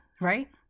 right